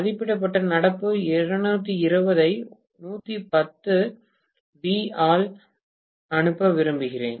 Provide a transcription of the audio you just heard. மதிப்பிடப்பட்ட நடப்பு 220 ஐ 110 வி ஆல் அனுப்ப விரும்புகிறேன்